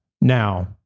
Now